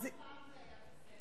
למה פעם זה היה בסדר?